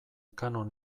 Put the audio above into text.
kanon